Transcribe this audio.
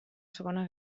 segona